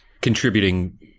contributing